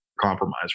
compromise